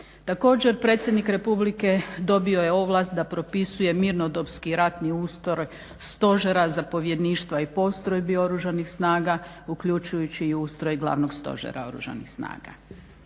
Također Predsjednik Republike dobio je ovlast da propisuje mirnodopski i ratni ustroj Stožera, zapovjedništva i postrojbi Oružanih snaga uključujući i ustroj Glavnog stožera Oružanih snaga.